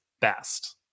best